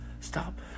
Stop